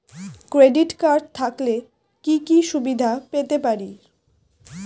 Credit card থাকলে কি কি সুবিধা পেতে পারি?